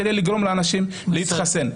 כדי לגרום לאנשים להתחסן.